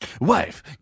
Wife